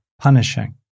punishing